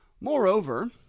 Moreover